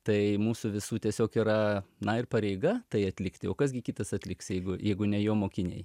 tai mūsų visų tiesiog yra na ir pareiga tai atlikti o kas gi kitas atliks jeigu jeigu ne jo mokiniai